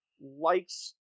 likes